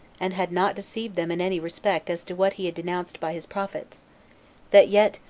and had not deceived them in any respect as to what he had denounced by his prophets that yet,